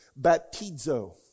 baptizo